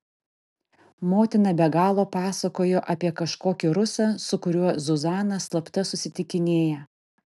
motina be galo pasakojo apie kažkokį rusą su kuriuo zuzana slapta susitikinėja